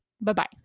Bye-bye